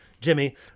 Jimmy